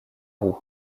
roue